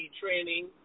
training